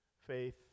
faith